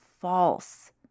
false